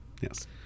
Yes